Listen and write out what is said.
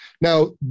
Now